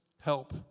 help